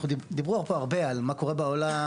דיברו פה הרבה על מה קורה בעולם,